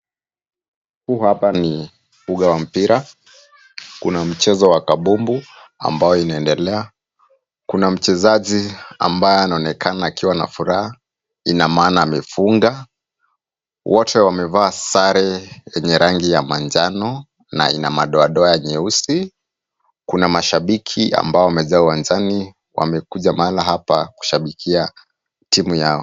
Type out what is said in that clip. Huu hapa ni uga wa mpira. Kuna mchezo wa kabumbu ambao inaendelea. Kuna mchezaji ambaye anaonekana akiwa na furaha, ina maana amefunga. Wote wamevaa sare yenye rangi ya manjano na ina madoadoa nyeusi. Kuna mashabiki ambao wamejaa uwanjani, wamekuja mahala hapa kushabikia timu yao.